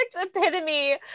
epitome